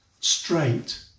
straight